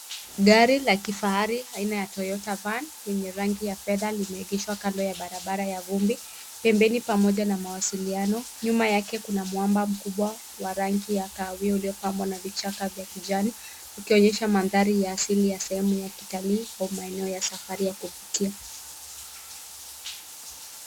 Gari la kifahari aina ya Toyota van yenye rangi ya fedha limeegeshwa kando ya barabara ya vumbi pembeni pamoja na mawasiliano. Nyuma yake kuna mwamba mkubwa wa rangi ya kahawia uliopambwa na vichaka vya kijani vikionyesha mandhari ya asili ya sehemu ya kitalii au maeneo ya safari ya kuvutia.